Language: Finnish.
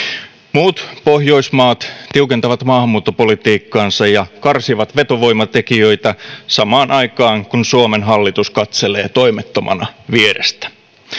muut pohjoismaat tiukentavat maahanmuuttopolitiikkaansa ja karsivat vetovoimatekijöitä samaan aikaan kun suomen hallitus katselee toimettomana vierestä